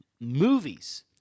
movies